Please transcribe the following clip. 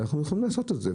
ואנחנו יכולים לעשות את זה,